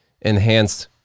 enhanced